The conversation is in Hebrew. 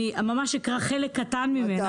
אני ממש אקרא חלק קטן ממנה.